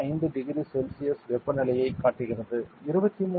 5 degree Celsius வெப்பநிலையைக் காட்டுகிறது 23